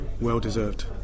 well-deserved